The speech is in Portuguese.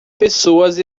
pessoas